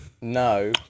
no